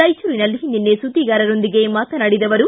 ರಾಯಚೂರಿನಲ್ಲಿ ನಿನ್ನೆ ಸುದ್ದಿಗಾರರೊಂದಿಗೆ ಮಾತನಾಡಿದ ಅವರು